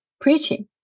preaching